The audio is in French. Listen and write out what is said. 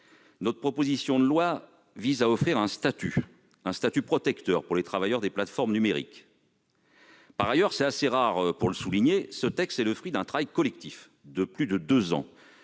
Notre proposition de loi tend à offrir un statut protecteur aux travailleurs des plateformes numériques. Cela dit- c'est assez rare pour qu'on le souligne -, ce texte est le fruit d'un travail collectif de plus de deux ans.